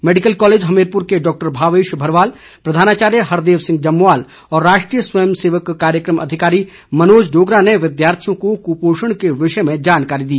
medical college Hamirpur के doctor Bhavesh Bharwal प्रधानाचार्य हरदेव सिंह जमवाल और राष्ट्रीय स्वयं सेवक कार्यक्रम अधिकारी मनोज डोगरा ने विद्यार्थियों को कुपोषण के विषय में जानकारी दी